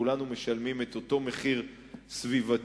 כולנו משלמים את אותו מחיר סביבתי.